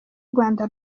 rwanda